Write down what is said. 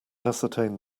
ascertain